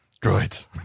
droids